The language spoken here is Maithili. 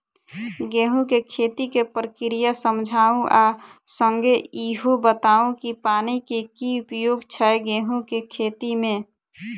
गेंहूँ केँ खेती केँ प्रक्रिया समझाउ आ संगे ईहो बताउ की पानि केँ की उपयोग छै गेंहूँ केँ खेती में?